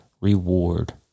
reward